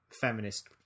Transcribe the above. feminist